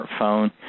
smartphone